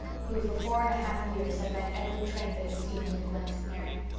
who for four and a half years had met every train that had steamed into glen st. mary.